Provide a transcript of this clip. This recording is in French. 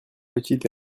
petites